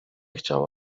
chciał